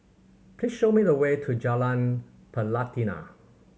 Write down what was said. please show me the way to Jalan Pelatina